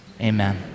Amen